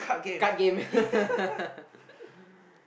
card game